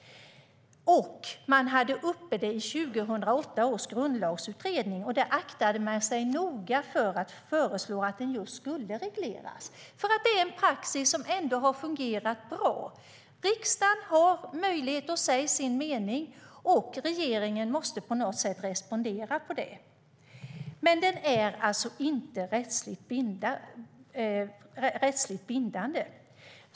Man hade detta uppe i 2008 års grundlagsutredning och aktade sig då noga för att föreslå att tillkännagivanden skulle regleras, därför att det är en praxis som har fungerat bra. Riksdagen har möjlighet att säga sin mening, och regeringen måste respondera på något sätt. Men de är alltså inte rättsligt bindande.